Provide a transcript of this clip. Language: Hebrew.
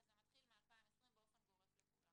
וזה מתחיל מ-2020 באופן גורף לכולם.